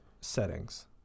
settings